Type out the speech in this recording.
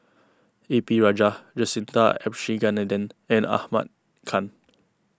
A P Rajah Jacintha Abisheganaden and Ahmad Khan